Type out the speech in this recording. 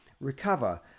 recover